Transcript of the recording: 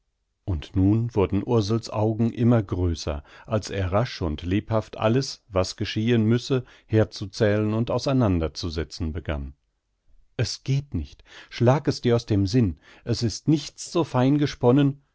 und nun wurden ursel's augen immer größer als er rasch und lebhaft alles was geschehen müsse herzuzählen und auseinander zu setzen begann es geht nicht schlag es dir aus dem sinn es ist nichts so fein gesponnen